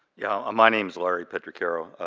yeah, ah my name's larry petriquero.